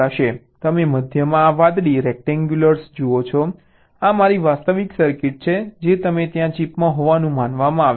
તમે મધ્યમાં આ વાદળી રેક્ટેન્ગ્યુલર જુઓ છો આ મારી વાસ્તવિક સર્કિટ છે જે તમે ત્યાં ચિપમાં હોવાનું માનવામાં આવે છે